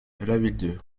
lavilledieu